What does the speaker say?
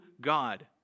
God